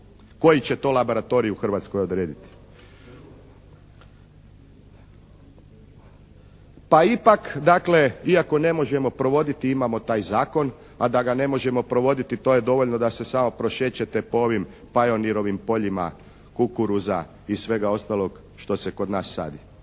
Koji će to laboratorij u Hrvatskoj odrediti? Pa ipak, dakle, iako ne možemo provoditi imamo taj zakon, a da ga ne možemo provoditi to je dovoljno da se samo prošećete po ovim "Pionirovim" poljima kukuruza i svega ostalog što se kod nas sadi